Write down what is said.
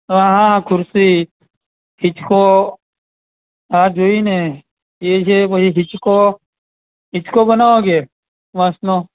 હા હા ખુરશી હિચકો આ જોઈને એ છે પછી હિચકો હિચકો બનાવો કે વાંસનો